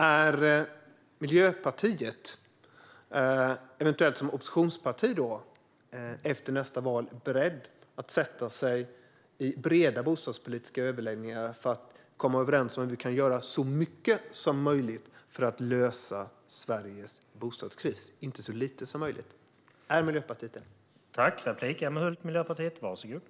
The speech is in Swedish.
Är Miljöpartiet, eventuellt som oppositionsparti efter nästa val, berett att sätta sig i breda bostadspolitiska överläggningar för att komma överens om hur vi kan göra så mycket som möjligt, inte så lite som möjligt, för att lösa Sveriges bostadskris?